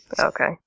Okay